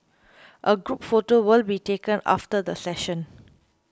a group photo will be taken after the session